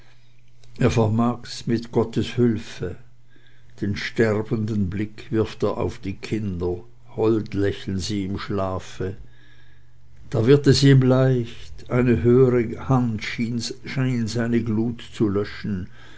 vermag's mit gottes hülfe den sterbenden blick wirft er auf die kinder hold lächeln sie im schlafe da wird es ihm leicht eine höhere hand schien seine glut zu löschen